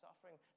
suffering